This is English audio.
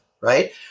right